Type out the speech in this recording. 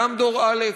גם דור א',